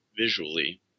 visually